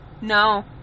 No